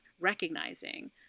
recognizing